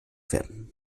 werden